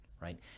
right